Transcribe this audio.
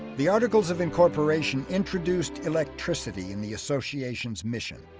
the articles of incorporation introduced electricity in the association's mission.